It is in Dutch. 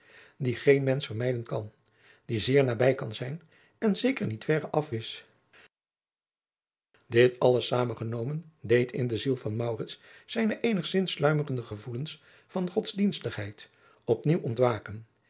dien geen mensch vermijden kan die zeer nabij kan zijn en zeker niet verre af is dit alles samengenomen deed in de ziel van maurits zijne eenigzins sluimerende gevoelens van godsdienstigheid op nieuw ontwaken